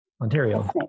Ontario